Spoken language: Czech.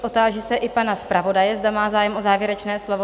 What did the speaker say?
Otáži se i pana zpravodaje, zda má zájem o závěrečné slovo?